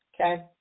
Okay